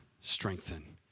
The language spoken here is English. strengthen